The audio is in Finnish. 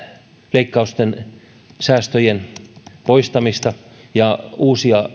leikkausten säästöjen poistamista ja uusia